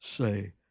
say